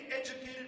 educated